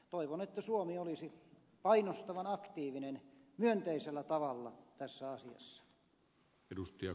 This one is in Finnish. toivon että suomi olisi painostavan aktiivinen myönteisellä tavalla tässä asiassa